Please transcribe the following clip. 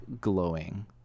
glowing